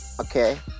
okay